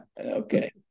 Okay